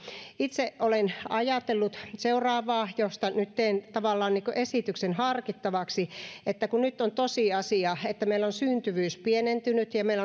itse olen ajatellut seuraavaa josta nyt teen tavallaan niin kuin esityksen harkittavaksi kun nyt on tosiasia että meillä syntyvyys on pienentynyt ja